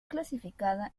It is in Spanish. clasificada